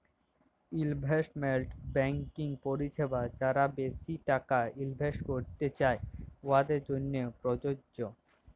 investment banking পরিছেবা যারা বেশি টাকা ইলভেস্ট ক্যইরতে চায়, উয়াদের জ্যনহে পরযজ্য